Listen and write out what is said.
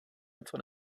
něco